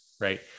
Right